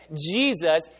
Jesus